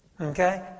Okay